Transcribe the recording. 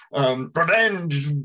revenge